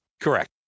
Correct